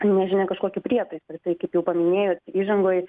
nežinia kažkokį prietaisą tai kaip jau paminėjot įžangoj